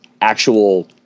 actual